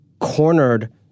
cornered